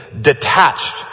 detached